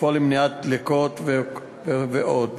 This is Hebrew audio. לפעול למניעת דלקות ועוד.